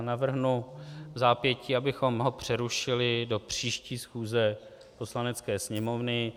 Navrhnu vzápětí, abychom ho přerušili do příští schůze Poslanecké sněmovny.